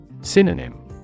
Synonym